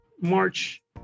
march